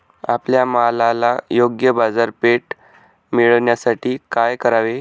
आपल्या मालाला योग्य बाजारपेठ मिळण्यासाठी काय करावे?